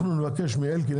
אנחנו נבקש מאלקין,